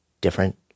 different